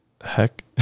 heck